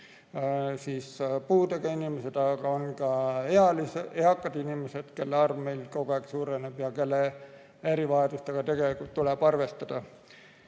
on puudega inimesed, aga nad on ka eakad inimesed, kelle arv meil kogu aeg suureneb ja kelle erivajadusega tuleb arvestada.